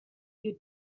you